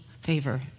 favor